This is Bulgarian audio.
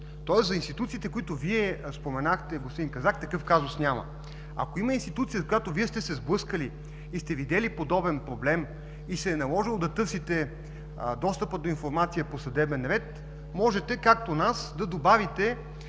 Тоест за институциите, които Вие споменахте, господин Казак, такъв казус няма. Ако има институция, с която Вие сте се сблъскали и сте видели подобен проблем, и се е наложило да търсите достъпа до информация по съдебен ред, можете, както нас, да добавите